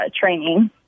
training